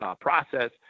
process